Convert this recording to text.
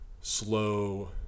slow